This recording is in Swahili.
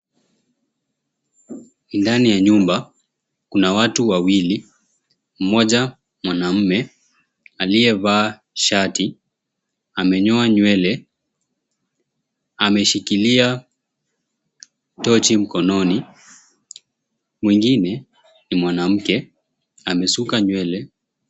Ndani ya nyumba, kuna watu wawili, mmoja mwanamume, aliyevaa shati, amenyoa nywele, ameshikilia tochi mkononi. Mwengine ni mwanamke, amesuka nywele.